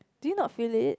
do you not feel it